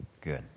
Good